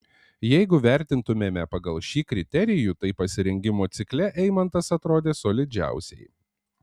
jeigu vertintumėme pagal šį kriterijų tai pasirengimo cikle eimantas atrodė solidžiausiai